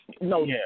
No